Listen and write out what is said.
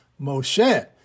Moshe